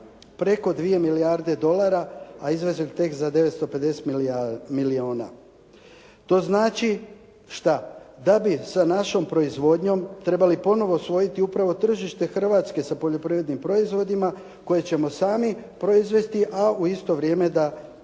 preko 2 milijarde dolara a izvezli tek za 950 milijuna. To znači da bi sa našom proizvodnjom trebali ponovo usvojiti upravo tržište Hrvatske sa poljoprivrednim proizvodima koje ćemo sami proizvesti a u isto vrijeme da smanjimo